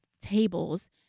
tables